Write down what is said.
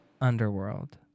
Underworld